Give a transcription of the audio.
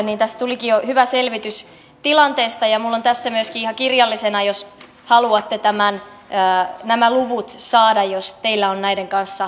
tässä tulikin jo hyvä selvitys tilanteesta ja minulla on tässä myöskin ihan kirjallisena jos haluatte nämä luvut saada jos teillä on näiden kanssa epäselvyyttä